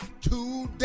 today